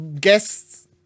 guests